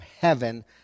heaven